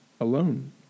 alone